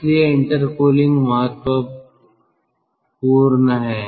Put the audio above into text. इसलिए inter intercooling महत्वपूर्ण है